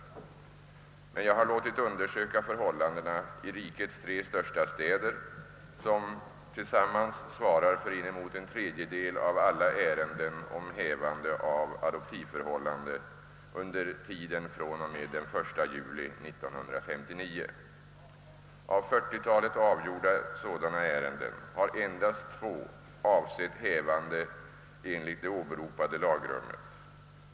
Jag har emellertid låtit undersöka förhållandena i rikets tre största städer, som tillsammans svarar för inemot en tredjedel av alla ärenden om hävande av adoptivförhållande under tiden från och med den 1 juli 1959. Av 40-talet avgjorda sådana ärenden har endast två avsett hävande enligt 4 kap. 9 8 andra stycket föräldrabalken.